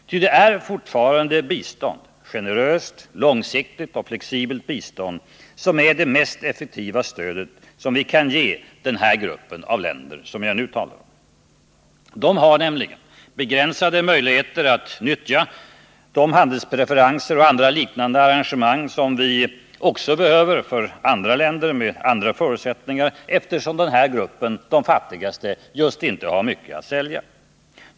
Ty det är fortfarande bistånd — generöst, långsiktigt och flexibelt bistånd — som är det mest effektiva stöd vi kan ge den grupp av länder som jag nu talar om. Dessa länder har nämligen begränsade möjligheter att nyttja de handelspreferenser och andra liknande arrangemang som också behövs för andra länder med andra förutsättningar, eftersom den här gruppen — de fattigaste — just inte har mycket att sälja.